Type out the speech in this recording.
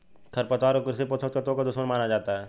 खरपतवार को कृषि पोषक तत्वों का दुश्मन माना जाता है